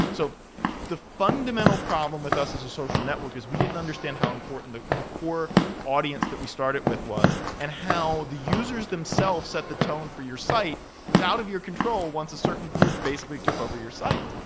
so the fundamental problem with us as a social network is we didn't understand how important the the core audience that we started with was and how the users themselves set the tone for your site. it was out of your control once a certain group basically took over your site.